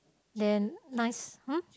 then nice hmm